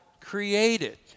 created